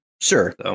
Sure